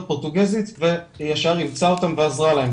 פורטוגזית והיא ישר אימצה אותם ועזרה להם,